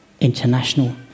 international